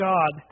God